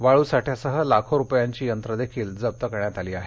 वाळूसाठ्यासह लाखो रुपयांची यंत्रं देखील जप्त करण्यात आली आहेत